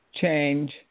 change